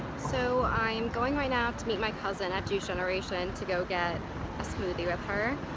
so i'm going right now to meet my cousin at juice generation to go get a smoothie with her.